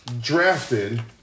drafted